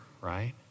right